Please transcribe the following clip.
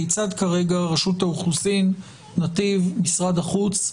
כיצד כרגע רשות האוכלוסין, נתיב, משרד החוץ,